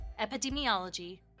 Epidemiology